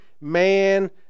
man